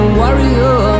warrior